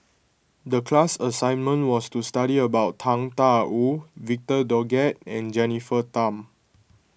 the class assignment was to study about Tang Da Wu Victor Doggett and Jennifer Tham